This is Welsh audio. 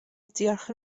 diolch